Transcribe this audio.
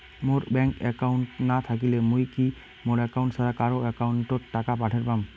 মোর bank account না থাকিলে মুই কি মোর একাউন্ট ছাড়া কারো একাউন্ট অত টাকা পাঠের পাম?